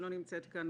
שלא נמצאת פה,